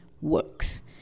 works